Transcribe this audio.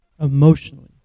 emotionally